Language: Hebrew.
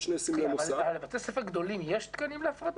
שני סמלי מוסד --- אבל לבתי ספר גדולים יש תקנים להפרדה?